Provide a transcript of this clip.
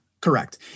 Correct